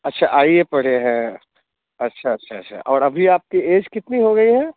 अच्छा I A पढ़े हैं अच्छा अच्छा अच्छा और अभी आपकी ऐज कितनी हो गई है